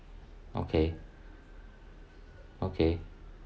okay okay